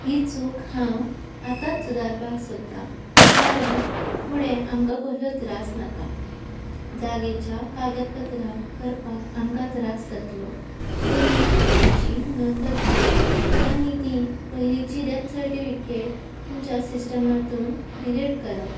ही चूक हांव आतांच सुदारपाक सोदतां कारण फुडें आमकां कसलो त्रास नाका जागेच्या कागदपत्रां करपाक आमकां त्रास जातलो तुमी हेची नोंद घेया आनी ती पयलींची डॅथ सर्टिफिकेट तुमच्या सिस्टमातून डिलीट करा